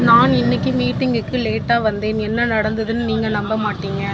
நான் இன்னிக்கு மீட்டிங்குக்கு லேட்டாக வந்தேன் என்ன நடந்துதுன்னு நீங்கள் நம்ப மாட்டீங்க